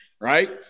Right